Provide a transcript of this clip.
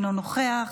אינו נוכח,